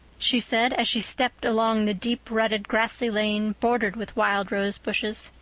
she said as she stepped along the deep-rutted, grassy lane bordered with wild rose bushes.